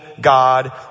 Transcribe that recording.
God